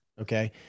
Okay